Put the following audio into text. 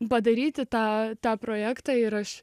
padaryti tą tą projektą ir aš